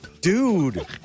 Dude